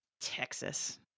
Texas